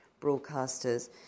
broadcasters